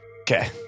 Okay